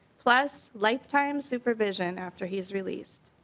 plus lifetime supervision after his release.